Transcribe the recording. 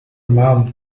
mom